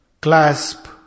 Clasp